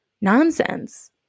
nonsense